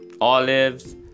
olives